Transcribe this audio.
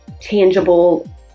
tangible